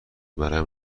برایم